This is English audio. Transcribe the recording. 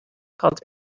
called